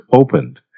opened